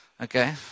Okay